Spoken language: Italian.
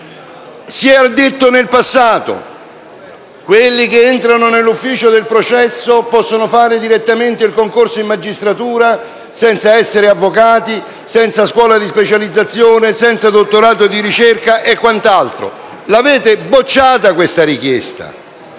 Si era detto in passato che coloro che entrano nell'ufficio del processo possono fare direttamente il concorso in magistratura, senza essere avvocati, senza scuola di specializzazione, senza dottorato di ricerca e quant'altro e questa richiesta